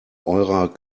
eurer